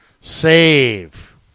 save